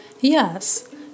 Yes